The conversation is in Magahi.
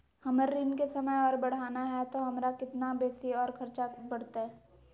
हमर ऋण के समय और बढ़ाना है तो हमरा कितना बेसी और खर्चा बड़तैय?